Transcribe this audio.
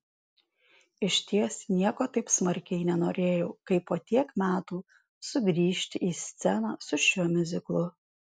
išties nieko taip smarkiai nenorėjau kaip po tiek metų sugrįžti į sceną su šiuo miuziklu